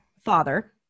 father